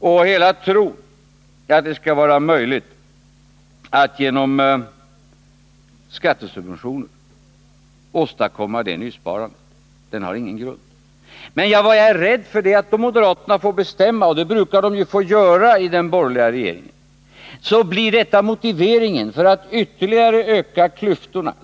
Hela tron att det skall vara möjligt att genom skattesubventioner åstadkomma detta nysparande har ingen grund. Men vad jag är rädd för är att om moderaterna får bestämma — och det brukar de ju få göra i den borgerliga regeringen — så blir detta motiveringen för att ytterligare öka klyftorna.